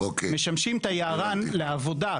משמשים את היערן לעבודה.